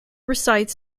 recites